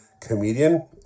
comedian